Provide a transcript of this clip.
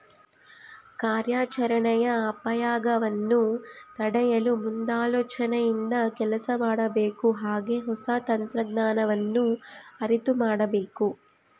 ಕಾರ್ಯಾಚರಣೆಯ ಅಪಾಯಗವನ್ನು ತಡೆಯಲು ಮುಂದಾಲೋಚನೆಯಿಂದ ಕೆಲಸ ಮಾಡಬೇಕು ಹಾಗೆ ಹೊಸ ತಂತ್ರಜ್ಞಾನವನ್ನು ಅರಿತು ಮಾಡಬೇಕು